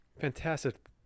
Fantastic